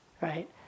right